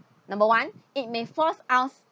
number one it may force us